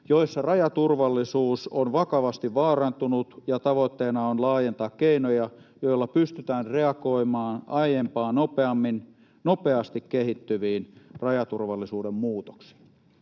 joissa rajaturvallisuus on vakavasti vaarantunut, ja tavoitteena on laajentaa keinoja, joilla pystytään reagoimaan aiempaa nopeammin nopeasti kehittyviin rajaturvallisuuden muutoksiin.